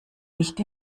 nicht